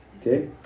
Okay